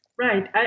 Right